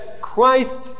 Christ